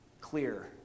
Clear